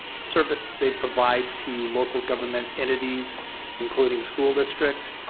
service they provide to local government entities including school districts.